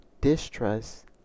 distrust